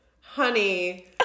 honey